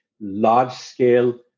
large-scale